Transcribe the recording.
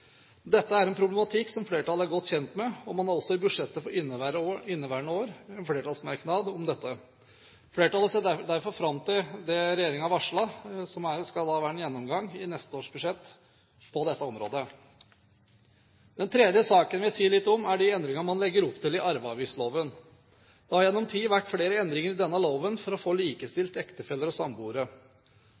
Dette er en problematikk som flertallet er godt kjent med, og man har også i budsjettet for inneværende år en flertallsmerknad om dette. Flertallet ser derfor fram til det regjeringen har varslet, at det skal være en gjennomgang i neste års budsjett på dette området. Den tredje saken jeg vil si litt om, er de endringene man legger opp til i arveavgiftsloven. Det har gjennom tid vært flere endringer i denne loven for å få likestilt ektefeller og samboere.